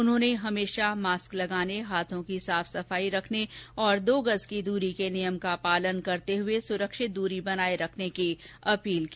उन्होंने हमेशा मास्क लगाने हाथों की साफ सफाई रखने और दो गज की दूरी के नियम का पालन करते हुए सुरक्षित दूरी बनाए रखने की अपील की